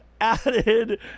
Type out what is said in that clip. added